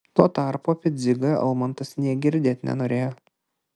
tuo tarpu apie dzigą almantas nė girdėt nenorėjo